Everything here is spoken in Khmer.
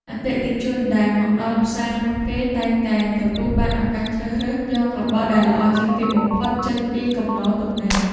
អតិថិជនដែលមកដល់ផ្សារមុនគេតែងតែទទួលបានឱកាសជ្រើសរើសយករបស់ដែលល្អជាងគេបំផុតចេញពីគំនរទំនិញ។